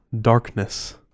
darkness